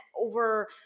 over